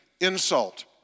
insult